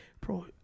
bro